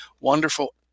wonderful